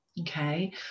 Okay